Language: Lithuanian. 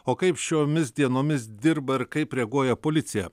o kaip šiomis dienomis dirba ir kaip reaguoja policija